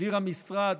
העביר המשרד